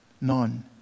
None